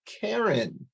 Karen